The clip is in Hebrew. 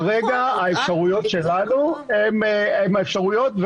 כרגע האפשרויות שלנו הן האפשרויות,